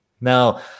Now